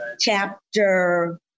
chapter